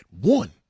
One